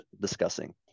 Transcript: discussing